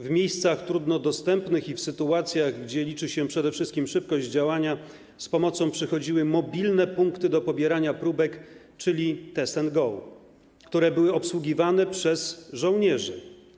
W miejscach trudno dostępnych i w sytuacjach, gdzie liczy się przede wszystkim szybkość działania, z pomocą przychodziły mobilne punkty do pobierania próbek, czyli test and go, które były obsługiwane przez żołnierzy.